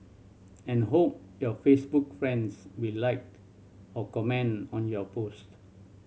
and hope your Facebook friends will like or comment on your post